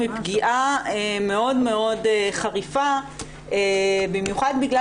היא פגיעה מאוד מאוד חריפה במיוחד בגלל